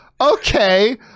okay